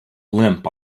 limp